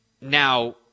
Now